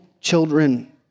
children